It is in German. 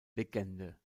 legende